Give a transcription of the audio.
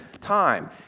time